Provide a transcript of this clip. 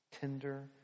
tender